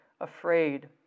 afraid